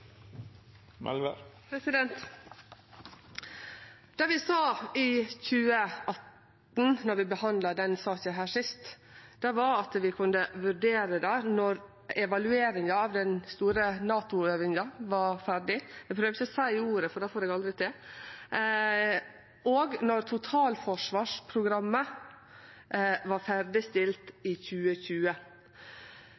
fall. Det vi sa i 2018, då vi behandla denne saka sist, var at vi kunne vurdere det når evalueringa av den store NATO-øvinga var ferdig – eg trur ikkje eg skal seie ordet, for det får eg aldri til – og når totalforsvarsprogrammet var ferdigstilt